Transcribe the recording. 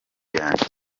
yanjye